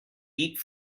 eat